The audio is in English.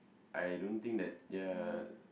I don't think that ya